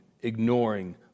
ignoring